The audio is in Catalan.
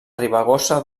ribagorça